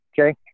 okay